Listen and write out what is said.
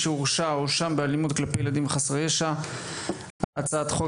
שהורשע או הואשם באלימות כלפי ילדים וחסרי ישע הצעת חוק